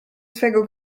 swego